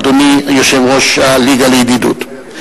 אדוני יושב-ראש הליגה לידידות.